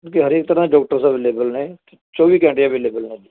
ਮਤਲਬ ਕਿ ਹਰੇਕ ਤਰ੍ਹਾਂ ਡੋਕਟਰਸ ਅਵੇਲੇਬਲ ਨੇ ਚੌਵੀ ਘੰਟੇ ਅਵੇਲੇਬਲ ਨੇ ਹਾਂਜੀ